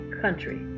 country